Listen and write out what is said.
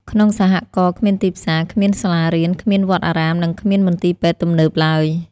ក្នុងសហករណ៍ គ្មានទីផ្សារ គ្មានសាលារៀន គ្មានវត្តអារាម និងគ្មានមន្ទីរពេទ្យទំនើបឡើយ។